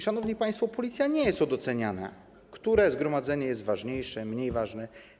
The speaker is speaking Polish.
Szanowni państwo, policja nie jest od oceniania, które zgromadzenie jest ważniejsze, a które jest mniej ważne.